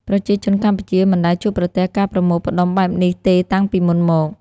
ប្រជាជនកម្ពុជាមិនដែលជួបប្រទះការប្រមូលផ្តុំបែបនេះទេតាំងពីមុនមក។